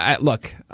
look